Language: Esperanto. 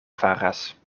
faras